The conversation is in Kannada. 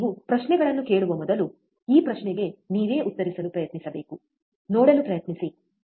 ನೀವು ಪ್ರಶ್ನೆಗಳನ್ನು ಕೇಳುವ ಮೊದಲು ಈ ಪ್ರಶ್ನೆಗೆ ನೀವೇ ಉತ್ತರಿಸಲು ಪ್ರಯತ್ನಿಸಬೇಕು ನೋಡಲು ಪ್ರಯತ್ನಿಸಿ ಸರಿ